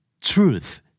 Truth